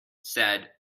said